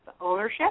ownership